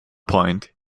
point